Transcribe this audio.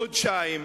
חודשיים.